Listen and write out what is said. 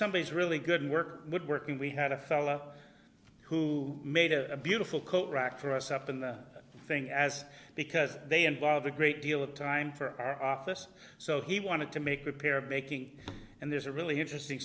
somebody is really good work woodworking we had a fella who made a beautiful coat rack for us up in the thing as because they involve a great deal of time for us so he wanted to make the pair of baking and there's a really interesting